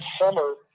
summer